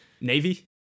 Navy